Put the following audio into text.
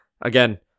again